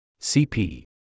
CP